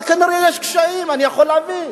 אבל כנראה יש קשיים, אני יכול להבין,